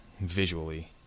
visually